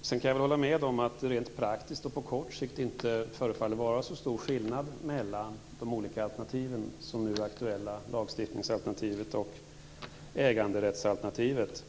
Sedan kan jag hålla med om att det rent praktiskt och på kort sikt inte förefaller vara så stor skillnad mellan de olika alternativ som nu är aktuella - lagstiftningsalternativet och äganderättsalternativet.